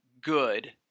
good